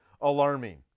alarming